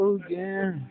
again